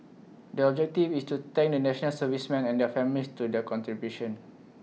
the objective is to thank the National Servicemen and their families to their contributions